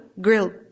grill